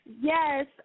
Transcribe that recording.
Yes